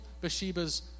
Bathsheba's